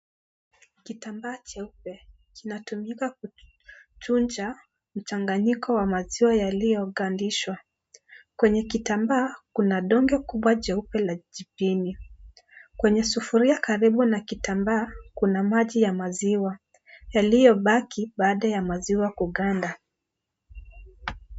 Kitambaa jeupe kinatumika kuchuja mchanganyiko wa maziwa yaliyogandishwa. Kwenye kitambaa, kuna donge kubwa jeupe la jipini. Kwenye sufuria karibu na kitambaa, kuna maji ya maziwa yaliyobaki baada ya maziwa kuganda.